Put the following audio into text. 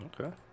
Okay